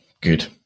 good